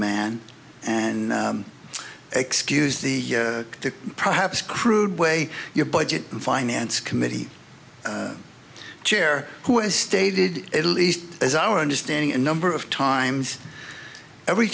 man and excuse the to perhaps crude way your budget and finance committee chair who is stated at least as our understanding a number of times every